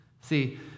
See